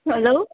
hello